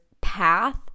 path